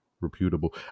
reputable